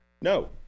No